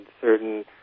certain